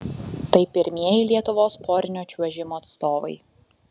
tai pirmieji lietuvos porinio čiuožimo atstovai